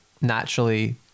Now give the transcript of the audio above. naturally